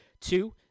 Two